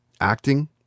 acting